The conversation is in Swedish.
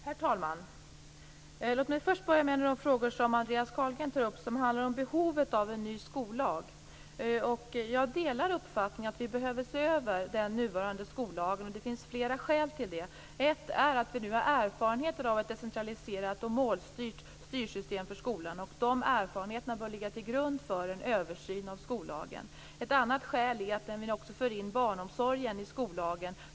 Herr talman! Låt mig börja med en av de frågor som Andreas Carlgren tar upp. Det handlar om behovet av en ny skollag. Jag delar uppfattningen att vi behöver se över den nuvarande skollagen. Det finns flera skäl till det. Ett skäl är att vi nu har erfarenheter av ett decentraliserat och målstyrt styrsystem för skolan. De erfarenheterna bör ligga till grund för en översyn av skollagen. Ett annat skäl är att vi nu också för in barnomsorgen i skollagen.